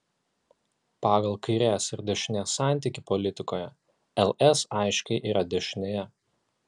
pagal kairės ir dešinės santykį politikoje ls aiškiai yra dešinėje